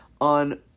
on